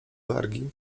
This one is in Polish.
wargi